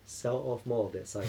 sell off more of that side